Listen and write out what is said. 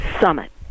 Summit